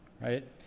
right